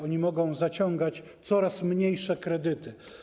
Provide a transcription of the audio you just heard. Oni mogą zaciągać coraz mniejsze kredyty.